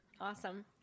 Awesome